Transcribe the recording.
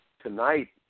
tonight